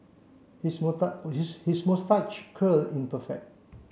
his his moustache curl is perfect